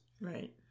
Right